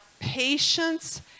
patience